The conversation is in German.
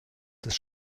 des